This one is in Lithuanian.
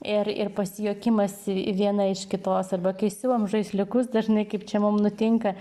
ir ir pasijuokimas ir viena iš kitos arba kai siuvam žaisliukus dažnai kaip čia mum nutinka